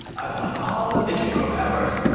i want all of the hero powers,